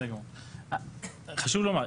חשוב לומר,